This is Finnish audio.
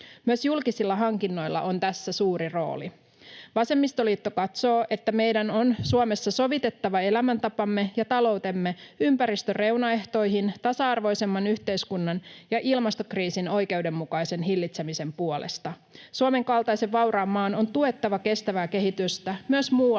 Myös julkisilla hankinnoilla on tässä suuri rooli. Vasemmistoliitto katsoo, että meidän on Suomessa sovitettava elämämme ja taloutemme ympäristön reunaehtoihin tasa-arvoisemman yhteiskunnan ja ilmastokriisin oikeudenmukaisen hillitsemisen puolesta. Suomen kaltaisen vauraan maan on tuettava kestävää kehitystä myös muualla